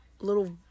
little